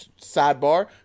Sidebar